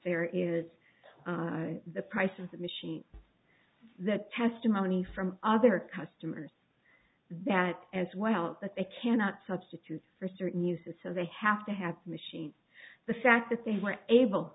there is the price of the machine the testimony from other customers that as well that they cannot substitute for certain uses so they have to have machines the fact that they were able